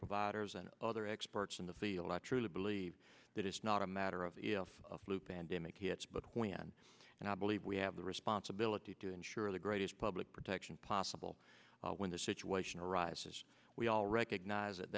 providers and other experts in the field i truly believe that it's not a matter of of flu pandemic hits but when and i believe we have the responsibility to ensure the greatest public protection possible when the situation arises we all recognize it